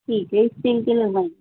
ٹھیک ہے اسٹیل کے لگائیں